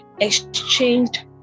exchanged